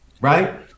right